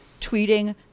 tweeting